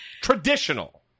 Traditional